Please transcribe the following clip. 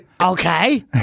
Okay